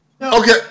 Okay